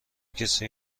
کسی